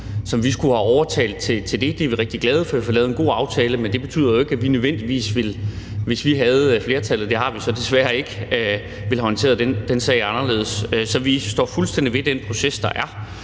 som vi skulle have overtalt til det, og vi er rigtig glade for, at vi har fået lavet en god aftale, men det betyder jo ikke, at vi ikke nødvendigvis ville, hvis vi havde haft flertallet, men det har vi jo så desværre ikke, have håndteret den sag anderledes. Så vi står fuldstændig ved den proces, der er,